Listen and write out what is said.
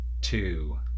two